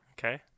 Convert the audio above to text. Okay